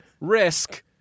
Risk